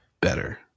better